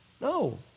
No